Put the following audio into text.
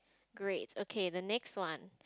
great okay the next one